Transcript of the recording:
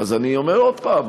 אז אני אומר עוד פעם,